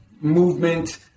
movement